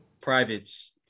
privates